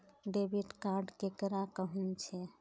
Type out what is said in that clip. Debit card केकरा कहुम छे?